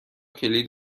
کلید